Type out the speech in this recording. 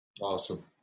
Awesome